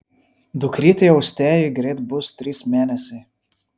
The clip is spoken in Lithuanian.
dukrytei austėjai greit bus trys mėnesiai